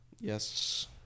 Yes